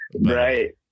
Right